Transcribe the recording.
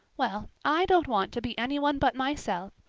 well, i don't want to be anyone but myself,